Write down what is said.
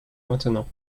maintenant